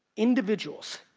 individuals,